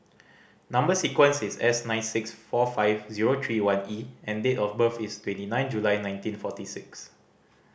number sequence is S nine six four five zero three one E and date of birth is twenty nine July nineteen forty six